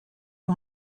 you